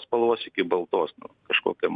spalvos iki baltos nu kažkokia